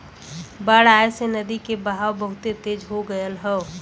बाढ़ आये से नदी के बहाव बहुते तेज हो गयल हौ